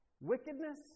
wickedness